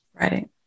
Right